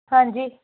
ਹਾਂਜੀ